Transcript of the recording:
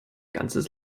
ganzes